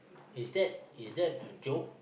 is that is that a joke